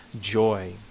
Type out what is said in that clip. joy